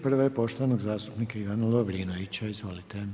Prva je poštovanog zastupnika Ivana Lovrinovića, izvolite.